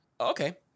Okay